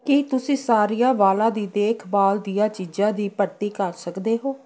ਕੀ ਤੁਸੀਂ ਸਾਰੀਆਂ ਵਾਲਾਂ ਦੀ ਦੇਖਭਾਲ ਦੀਆਂ ਚੀਜ਼ਾਂ ਦੀ ਭਰਤੀ ਕਰ ਸਕਦੇ ਹੋ